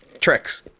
tricks